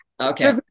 Okay